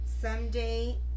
Someday